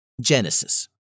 Genesis